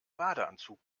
badeanzug